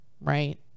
right